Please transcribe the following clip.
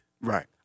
Right